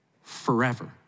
forever